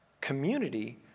Community